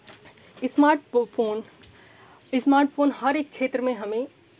smart phone smartphone हर एक क्षेत्र में हमें